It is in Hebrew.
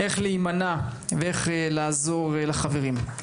על איך להימנע ועל איך לעזור לחברים.